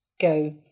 go